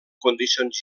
condicions